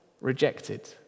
rejected